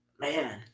man